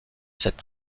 cette